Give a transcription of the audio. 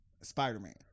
Spider-Man